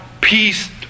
peace